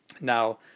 Now